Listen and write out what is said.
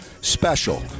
special